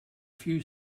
few